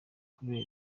kubera